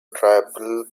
tribal